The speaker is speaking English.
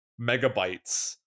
megabytes